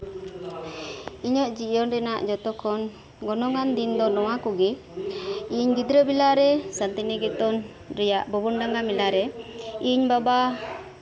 ᱤᱧᱟᱹᱜ ᱡᱤᱭᱚᱱᱨᱮ ᱡᱚᱛᱚᱠᱷᱚᱱ ᱜᱚᱱᱚᱝ ᱟᱱ ᱫᱤᱱ ᱠᱚᱫᱚ ᱱᱚᱣᱟ ᱠᱚᱜᱮ ᱤᱧ ᱜᱤᱫᱽᱨᱟᱹ ᱵᱮᱞᱟᱨᱮ ᱥᱟᱱᱛᱤᱱᱤᱠᱮᱛᱚᱱ ᱨᱮᱭᱟᱜ ᱵᱷᱩᱵᱚᱱ ᱰᱟᱝᱜᱟ ᱢᱮᱞᱟᱨᱮ ᱤᱧ ᱵᱟᱵᱟ